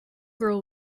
girl